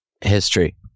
history